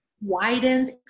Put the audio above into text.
widens